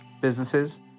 businesses